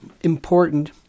important